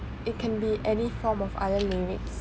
it can be any form of other lyrics